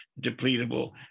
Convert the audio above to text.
depletable